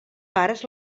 pares